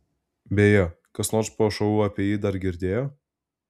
beje kas nors po šou apie jį dar girdėjo